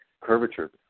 curvature